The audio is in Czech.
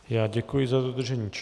Já děkuji za dodržení času.